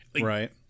Right